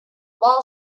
wall